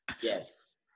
Yes